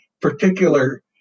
particular